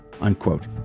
unquote